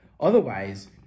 Otherwise